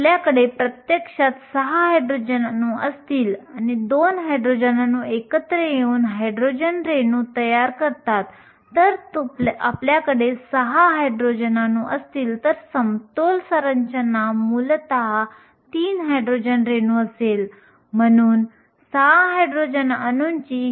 आपल्याकडे इलेक्ट्रॉन आणि छिद्रांचे समतोल प्रमाण आहे आणि हे प्रमाण तापमानावर अवलंबून असते आपण असे म्हणू की आपल्याकडे इलेक्ट्रॉन आणि छिद्रांचे समतोल प्रमाण आहे आणि हे तापमानावर अवलंबून आहे